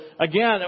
again